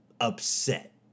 upset